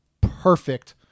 perfect